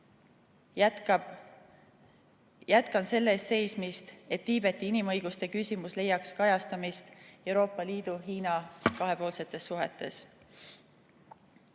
jätkame selle eest seismist, et Tiibeti inimõiguste küsimus leiaks kajastamist Euroopa Liidu ja Hiina kahepoolsetes suhetes. Teine